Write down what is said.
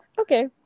Okay